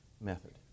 method